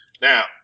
Now